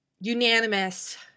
unanimous